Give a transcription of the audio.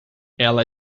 ela